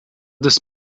this